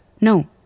No